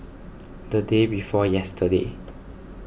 the day before yesterday